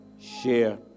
share